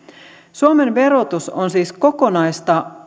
suomen verotus on siis kokonaista